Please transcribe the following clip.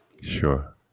sure